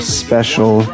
special